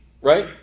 right